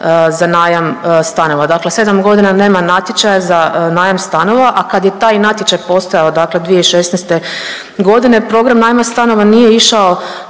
za najam stanova. Dakle, 7 godina nema natječaja za najam stanova, a kad je taj natječaj postojao dakle 2016. godine program najma stanova nije išao